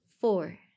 four